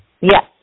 Yes